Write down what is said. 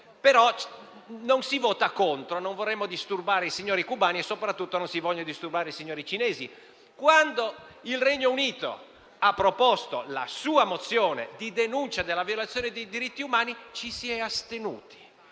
ma non si vota contro, per non disturbare i signori cubani e soprattutto perché non vogliamo disturbare i signori cinesi. Quando il Regno Unito ha proposto la sua mozione di denuncia della violazione dei diritti umani ci si è astenuti.